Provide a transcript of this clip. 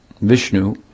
Vishnu